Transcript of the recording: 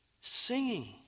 singing